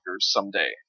someday